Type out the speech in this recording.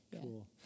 Cool